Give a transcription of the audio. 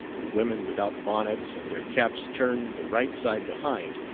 the women without bonnets, and their caps turned the right side behind,